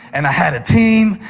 and i had a team,